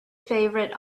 favourite